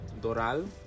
Doral